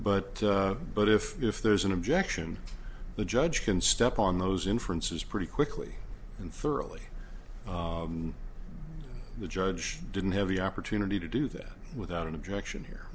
but but if if there's an objection the judge can step on those inferences pretty quickly and thoroughly the judge didn't have the opportunity to do that without an objection